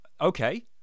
Okay